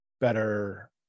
better